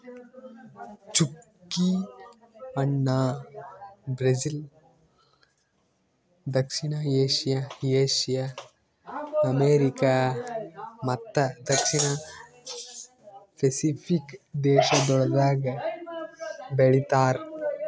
ಚ್ಚುಕಿ ಹಣ್ಣ ಬ್ರೆಜಿಲ್, ದಕ್ಷಿಣ ಏಷ್ಯಾ, ಏಷ್ಯಾ, ಅಮೆರಿಕಾ ಮತ್ತ ದಕ್ಷಿಣ ಪೆಸಿಫಿಕ್ ದೇಶಗೊಳ್ದಾಗ್ ಬೆಳಿತಾರ್